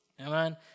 Amen